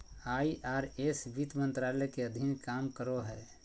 IRS वित्त मंत्रालय के अधीन काम करो हय